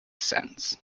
sense